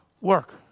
Work